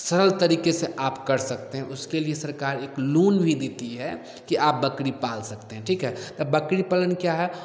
सरल तरीके से आप कर सकते हैं उसके लिए सरकार एक लोन भी देती है कि आप बकरी पाल सकते हैं ठीक है तो बकरी पालन क्या है